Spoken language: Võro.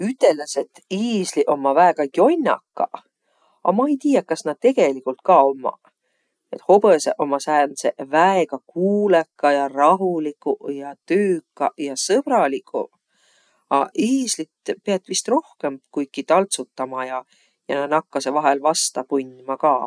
Üteldäs, et iisliq ommaq väega jonnakaq. A ma-i tiiäq, kas nä tegeligult ka ommaq. Hobõsõq ommaq sääntseq väega kuulõkaq ja rahuliguq ja tüükaq ja sõbraliguq. Aq iislit piät vist rohkõmb kuikiq taltsutama ja ja nä nakkasõq vahel vasta pun'ma ka.